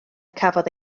cafodd